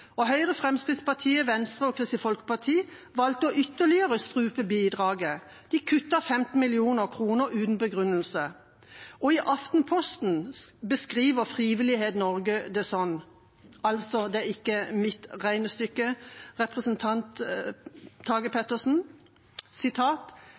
kompensasjonsordningen. Høyre, Fremskrittspartiet, Venstre og Kristelig Folkeparti valgte å ytterligere strupe bidraget, de kuttet 15 mill. kr uten begrunnelse. I Aftenposten beskriver Frivillighet Norge det slik – og til representanten Tage Pettersen: Dette er ikke mitt regnestykke: